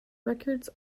records